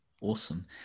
Awesome